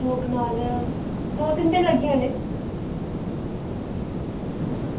दो कनाल दो तिन दिन लग्गी जाने